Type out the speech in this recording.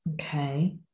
Okay